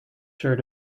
sure